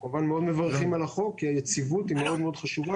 כמובן מאוד מברכים על החוק כי היציבות היא מאוד מאוד חשובה